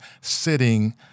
sitting